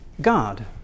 god